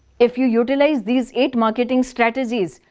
if you you utlise these eight marketing strategies,